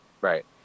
Right